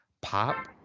pop